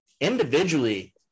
Individually